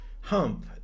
Hump